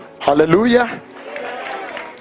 Hallelujah